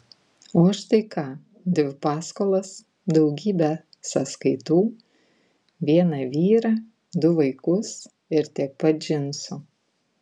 o aš tai ką dvi paskolas daugybę sąskaitų vieną vyrą du vaikus ir tiek pat džinsų